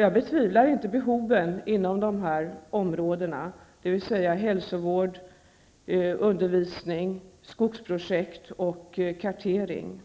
Jag betvivlar inte behoven inom dessa områden, dvs. hälsovård, undervisning, skogsprojekt och kartering,